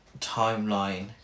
timeline